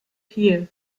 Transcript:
hear